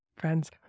friends